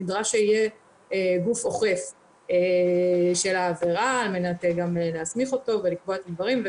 נדרש שיהיה גוף אוכף של העבירה על מנת גם להסמיך אותו ולקבוע את הדברים.